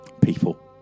People